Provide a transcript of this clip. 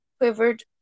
quivered